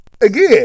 Again